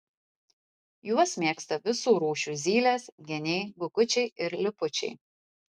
juos mėgsta visų rūšių zylės geniai bukučiai ir lipučiai